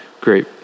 great